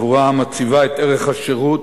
חבורה המציבה את ערך השירות